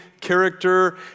character